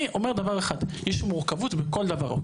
אני אומר דבר אחד, יש מורכבות בכל דבר.